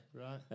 Right